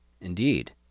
Indeed